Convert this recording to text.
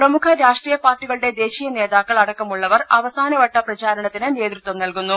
പ്രമുഖ രാഷ്ട്രീയ പാർട്ടികളുടെ ദേശീയ നേതാക്കൾ അടക്കമുള്ളവർ അവസാനവട്ട പ്രചാരണത്തിന് നേതൃത്വം നൽകുന്നു